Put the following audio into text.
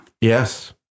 Yes